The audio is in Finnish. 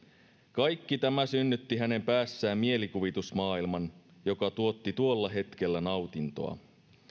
kaikki tämä synnytti hänen päässään mielikuvitusmaailman joka tuotti tuolla hetkellä nautintoa